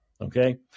Okay